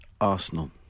Arsenal